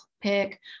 pick